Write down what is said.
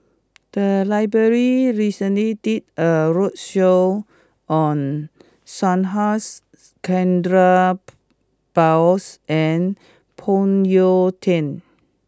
the library recently did a roadshow on Subhas Chandra Bose and Phoon Yew Tien